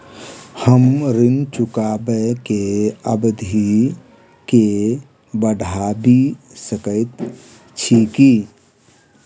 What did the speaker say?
हम ऋण चुकाबै केँ अवधि केँ बढ़ाबी सकैत छी की?